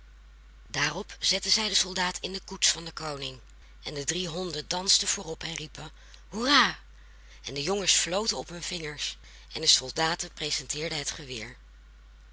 daarop zetten zij den soldaat in de koets van den koning en de drie honden dansten voorop en riepen hoera en de jongens floten op hun vingers en de soldaten presenteerden het geweer